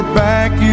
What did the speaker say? back